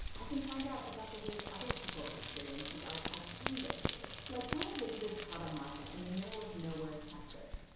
i can find out about the ways other people experience the art i can get to. like when i visited prada marfa in the middle of nowhere texas,